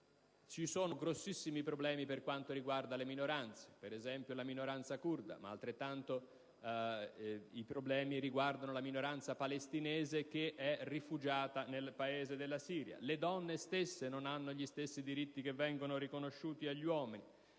Ci sono enormi problemi per quanto riguarda le minoranze (per esempio, quella curda), ma altrettanti problemi riguardano la minoranza palestinese rifugiata in Siria; le donne non hanno gli stessi diritti che vengono riconosciuti agli uomini.